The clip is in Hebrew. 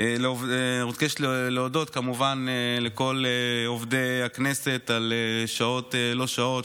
אבקש להודות כמובן לכל עובדי הכנסת על שעות לא שעות,